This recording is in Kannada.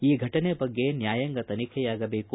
ಈ ಘಟನೆ ಬಗ್ಗೆ ನ್ನಾಯಾಂಗ ತನಿಖೆಯಾಗಬೇಕು